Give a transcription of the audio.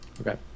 Okay